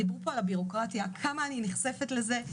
דיברו פה על הבירוקרטיה, כמה אני נחשפת לזה.